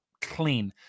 clean